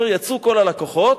יצאו כל הלקוחות,